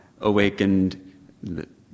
awakened